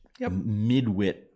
midwit